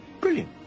Brilliant